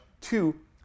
Two